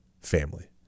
family